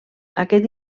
aquest